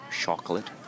chocolate